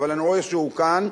אבל אני רואה שהוא כאן,